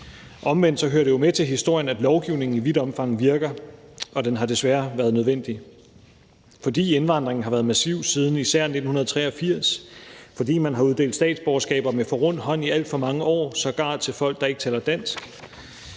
Omvendt hører det jo med til historien, at lovgivningen i vidt omfang virker, og den har desværre været nødvendig, fordi indvandringen har været massiv siden især 1983, fordi man har uddelt statsborgerskaber med rund hånd i alt for mange år, sågar til folk, der ikke taler dansk,